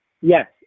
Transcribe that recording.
Yes